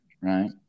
right